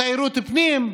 תיירות פנים.